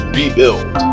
rebuild